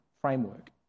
framework